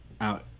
out